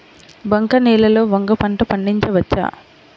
బంక నేలలో వంగ పంట పండించవచ్చా?